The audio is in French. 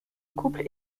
couple